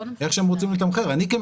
לא נכנסים לזה.